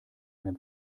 einem